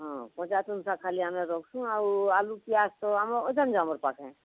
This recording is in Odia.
ହଁ କଞ୍ଚା ତୁନ୍ ଶାଗ୍ ଖାଲି ଆମେ ରଖୁ ଆଉ ଆଲୁ ପିଆଜ ତ ଆମ ଅଛନ୍ ଯୋ ଆମର୍ ପାଖେ